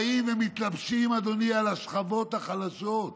באים ומתלבשים, אדוני, על השכבות החלשות,